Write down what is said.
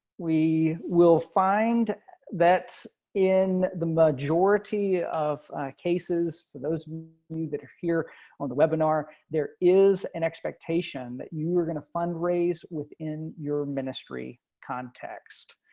we will find that in the majority of cases, for those of you that are here on the webinar. there is an expectation that you were going to fundraise within your ministry context.